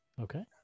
Okay